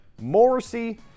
Morrissey